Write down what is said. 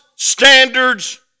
Standards